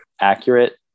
accurate